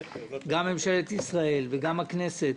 גם ממשלת ישראל וגם הכנסת,